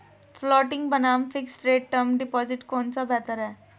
Floating बनाम fixed rate term deposit कौन सा बेहतर है?